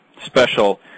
special